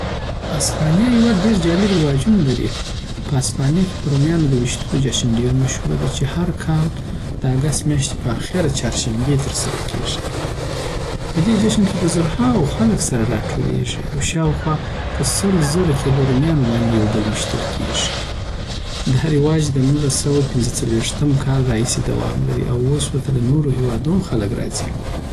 اسپانیا هیواد ډیر جالب رواجونه په اسپانیا کې په رومیانود ویشتول جشن ډېر مشهور دی چی هر کال د اګست میاشتې په اخره چهارشنبه ترسره کېږي. په دې جشن کې په زرهاو خلک سره راټولیږي، او شاوخوا په سل زره کیلو ورمیانو باندی یو بل ویشتل کېږي. دا رواج د نولس سوه او پنځه څلوېښتم کال راهیسی دوام لري، او اوس ورته له نورو هیوادو هم خلک راځی